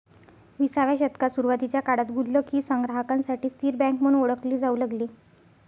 विसाव्या शतकाच्या सुरुवातीच्या काळात गुल्लक ही संग्राहकांसाठी स्थिर बँक म्हणून ओळखली जाऊ लागली